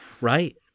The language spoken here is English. Right